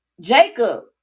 Jacob